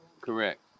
correct